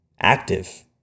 active